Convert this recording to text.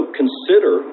consider